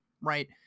right